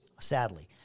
sadly